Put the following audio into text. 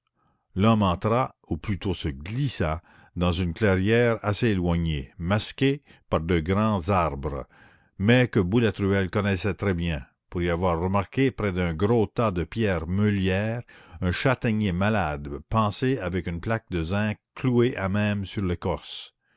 l'homme entra ou plutôt se glissa dans une clairière assez éloignée masquée par de grands arbres mais que boulatruelle connaissait très bien pour y avoir remarqué près d'un gros tas de pierres meulières un châtaignier malade pansé avec une plaque de zinc clouée à même sur l'écorce